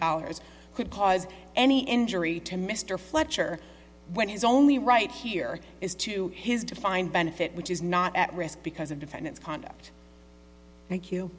dollars could cause any injury to mr fletcher when his only right here is to his defined benefit which is not at risk because of defendant's conduct thank you